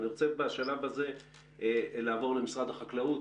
אני רוצה בשלב הזה לעבור למשרד החקלאות.